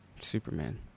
Superman